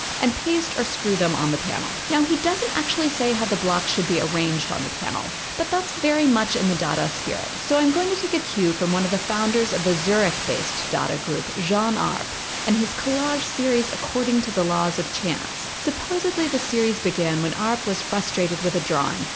and paste, or screw, them on the panel. now, he doesn't actually say how the blocks should be arranged on the panel. but that's very much in the dada spirit. so i'm going to take a cue from one of the founders of the zurich based dada group, jean arp, and his collage series, according to the laws of chance. supposedly, the series began when arp was frustrated with a drawing,